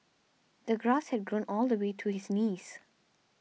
the grass had grown all the way to his knees